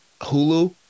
Hulu